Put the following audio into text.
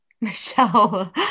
Michelle